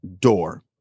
door